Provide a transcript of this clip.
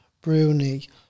Bruni